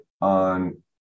on